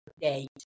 date